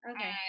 Okay